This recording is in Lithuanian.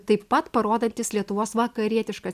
taip pat parodantys lietuvos vakarietišką